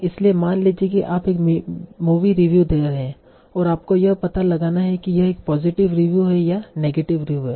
इसलिए मान लीजिए कि आप एक मूवी रिव्यु दे रहे हैं और आपको यह पता लगाना है कि यह एक पॉजिटिव रिव्यु है या नेगेटिव रिव्यु है